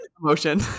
Motion